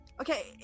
Okay